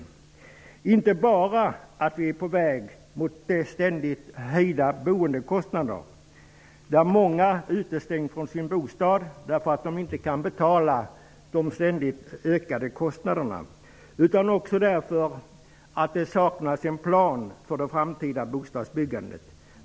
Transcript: Det är inte bara det att vi är på väg mot ständigt höjda boendekostnader, vilket gör att många utestängs från sin bostad därför att de inte kan betala de ständigt ökande kostnaderna, utan det saknas också en plan för det framtida bostadsbyggandet.